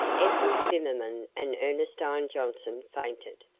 ethel zimmerman and ernestine johnson fainted.